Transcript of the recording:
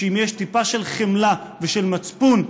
שאם יש טיפה של חמלה ושל מצפון,